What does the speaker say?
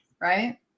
Right